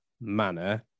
manner